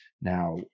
Now